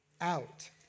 out